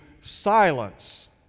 silence